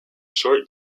short